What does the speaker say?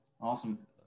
Awesome